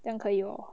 讲可以 lor